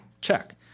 check